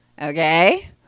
okay